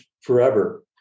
forever